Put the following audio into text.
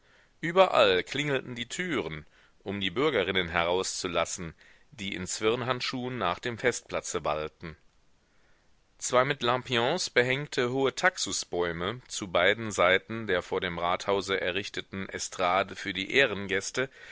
überall klingelten die türen um die bürgerinnen herauszulassen die in zwirnhandschuhen nach dem festplatze wallten zwei mit lampions behängte hohe taxusbäume zu beiden seiten der vor dem rathause errichteten estrade für die ehrengäste